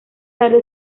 tarde